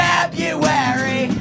February